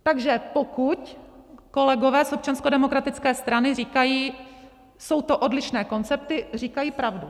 Takže pokud kolegové z Občanské demokratické strany říkají, jsou to odlišné koncepty, říkají pravdu.